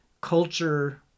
culture